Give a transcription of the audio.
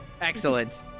Excellent